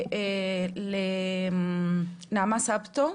לנעמה סבתו,